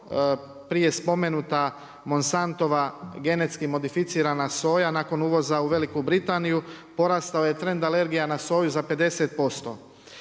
prije spomenuta Monsantova genetska modificirana soja, nakon uvoza u Veliku Britaniju, porastao je trend alergija na soju, za 50%.